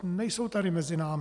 Nejsou tady mezi námi.